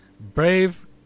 Brave